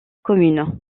communes